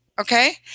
okay